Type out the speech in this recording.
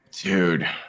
dude